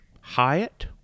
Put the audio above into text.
Hyatt